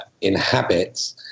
inhabits